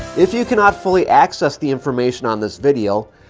if you can not fully access the information on this video,